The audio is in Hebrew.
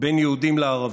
בין יהודים לערבים.